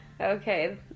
Okay